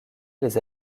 les